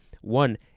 One